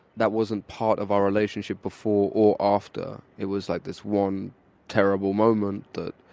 that wasn't part of our relationship before or after it was like this one terrible moment that,